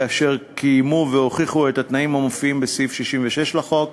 כאשר קיימו והוכיחו את התנאים המופיעים בסעיף 66 לחוק.